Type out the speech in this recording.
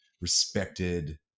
respected